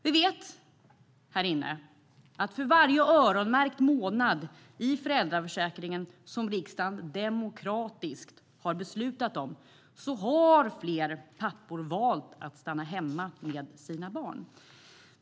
Vi här inne vet att för varje öronmärkt månad i föräldraförsäkringen som riksdagen demokratiskt har beslutat om har fler pappor valt att stanna hemma med sina barn.